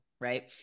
Right